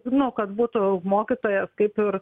nu kad būtų mokytojas kaip ir